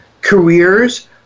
careers